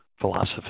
philosophy